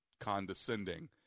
condescending